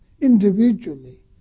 individually